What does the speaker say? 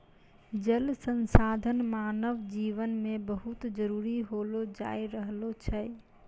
जल संसाधन मानव जिवन मे बहुत जरुरी होलो जाय रहलो छै